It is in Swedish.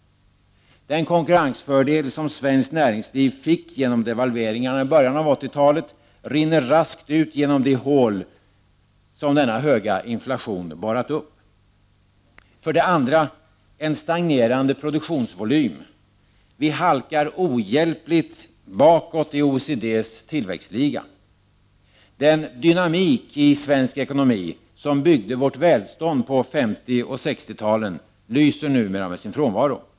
Den konkurrensfördel som svenskt näringsliv fick genom devalveringarna i början av 80-talet rinner raskt ut genom de hål som denna höga inflation borrat upp. För det andra en stagnerande produktionsvolym. Vi halkar ohjälpligt bakåt i OECD:s tillväxtliga. Den dynamik i svensk ekonomi som byggde vårt välstånd på 50 och 60-talen lyser numera med sin frånvaro.